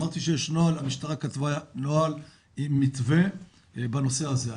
אני אמרתי שהמשטרה כתבה נוהל עם מתווה בנושא הזה.